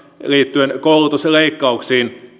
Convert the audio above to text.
liittyen koulutusleikkauksiin